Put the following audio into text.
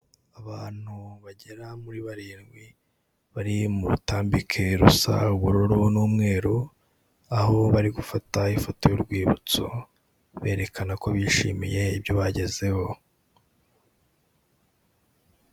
Abantu bagera muri barindwi, bari mu rutambike rusa ubururu n'umweru; aho bari gufata ifoto y'urwibutso, berekana ko bishimiye ibyo bagezeho.